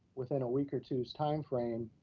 within a week or twos timeframe,